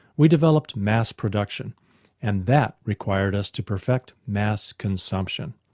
we developed mass production and that required us to perfect mass consumption.